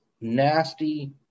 nasty